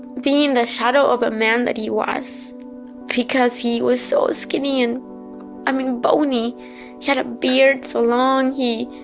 being the shadow of a man that he was because he was so skinny, and i mean boney. he had a beard so long. he